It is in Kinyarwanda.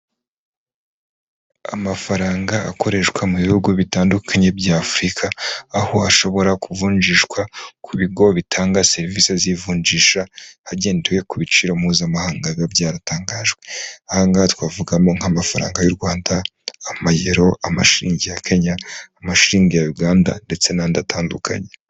Amafaranga akoreshwa mu bihugu bitandukanye bya Afurika, aho ashobora kuvunjishwa ku bigo bitanga serivisi z'ivunjisha hagendewe ku biciro mpuzamahangaba biba byaratangajwe, aha ngaha twavugamo nk'amafaranga y'u Rwanda, amayero, amashingi ya Kenya, amashingi ya Uganda ndetse n'andi atandukanye.